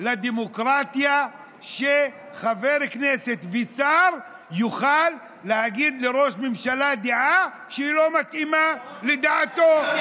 לדמוקרטיה שחבר כנסת ושר יוכל להגיד לראש ממשלה דעה שלא מתאימה לדעתו.